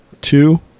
two